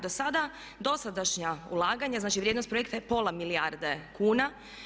Dosada dosadašnja ulaganja, znači vrijednost projekta je pola milijarde kuna.